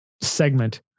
segment